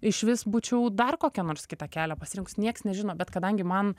išvis būčiau dar kokią nors kitą kelią pasirinkus nieks nežino bet kadangi man